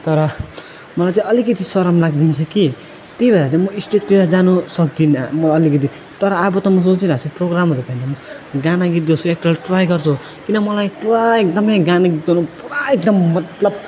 तर मलाई चाहिँ अलिकति सरम लागिदिन्छ कि त्यही भएर म स्टेजतिर जान सक्दिनँ म अलिकति तर अब त म सोचिरहेको छु प्रोग्रामहरू भयो भने त म गाना गीत गाउँछु एकताल ट्राई गर्छु किन मलाई पुरा एकदमै गाना गीत गाउनु पुरा एकदम मतलब